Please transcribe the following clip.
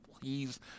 please